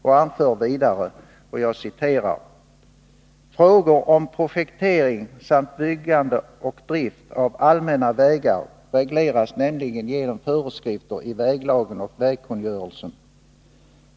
Man anför vidare: ”Frågor om projektering samt byggande och drift av allmänna vägar regleras nämligen genom föreskrifter i väglagen och vägkungörelsen.